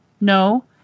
no